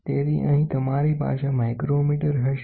તેથી અહીં તમારી પાસે માઇક્રોમીટર હશે